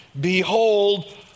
Behold